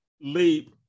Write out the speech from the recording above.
leap